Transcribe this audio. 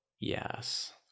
yes